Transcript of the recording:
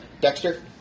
Dexter